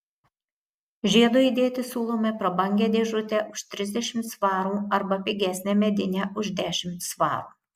žiedui įdėti siūlome prabangią dėžutę už trisdešimt svarų arba pigesnę medinę už dešimt svarų